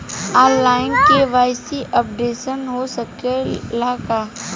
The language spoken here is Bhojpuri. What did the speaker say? आन लाइन के.वाइ.सी अपडेशन हो सकेला का?